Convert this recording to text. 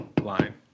line